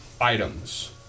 items